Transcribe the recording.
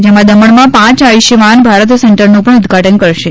જેમાં દમણમાં પાંચ આયુષ્યમાન ભારત સેન્ટરનું પણ ઉદ્દઘાટન કરશે